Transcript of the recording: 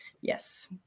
yes